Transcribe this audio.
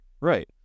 Right